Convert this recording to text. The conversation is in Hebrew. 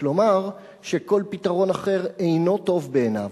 כלומר כל פתרון אחר אינו טוב בעיניו.